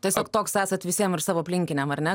tiesiog toks esat visiem ir savo aplinkiniam ar ne